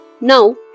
Now